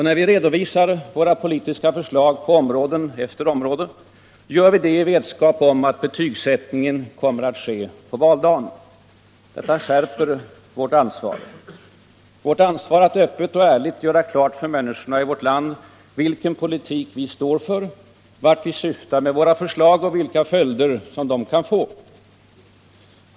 När vi redovisar våra politiska förslag på område efter område, gör vi det i vetskap om att betygsättningen kommer att ske på valdagen. Detta skärper vårt ansvar. Vårt ansvar att öppet och ärligt göra klart för människorna i vårt land vilken politik vi står för, vart vi syftar med våra förslag och vilka följder de kan få.